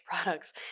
products